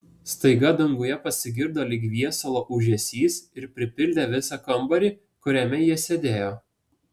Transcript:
staiga danguje pasigirdo lyg viesulo ūžesys ir pripildė visą kambarį kuriame jie sėdėjo